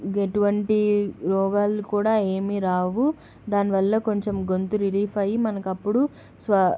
ఎటువంటి రోగాలు కూడా ఏమీ రావు దానివల్ల కొంచెం గొంతు రిలీఫ్ అయ్యి మనకప్పుడు స్వ